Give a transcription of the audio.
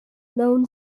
known